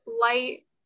light